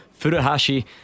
Furuhashi